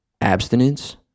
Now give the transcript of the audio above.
abstinence